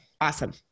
Awesome